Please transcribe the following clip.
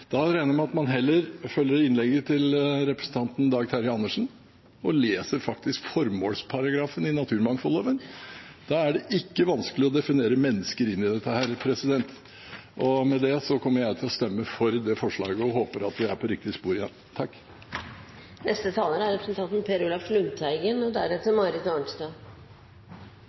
Da regner jeg med at man heller følger innlegget til representanten Dag Terje Andersen og faktisk leser formålsparagrafen i naturmangfoldloven: Da er det ikke vanskelig å definere mennesker inn i dette. Med det kommer jeg til å stemme for det forslaget, og jeg håper vi er på riktig spor igjen. Det er stortingsflertallet som bestemmer. Det er stortingsflertallet som bestemmer om de som bærer belastningene, skal «bli hånet og tråkket på», som representanten